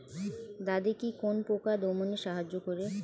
দাদেকি কোন পোকা দমনে সাহায্য করে?